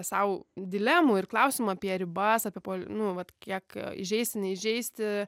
sau dilemų ir klausimų apie ribas apie nu vat kiek įžeisti neįžeisti